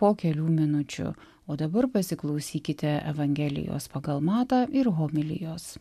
po kelių minučių o dabar pasiklausykite evangelijos pagal matą ir homilijos